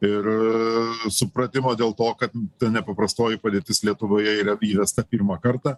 ir supratimo dėl to kad ta nepaprastoji padėtis lietuvoje yra įvesta pirmą kartą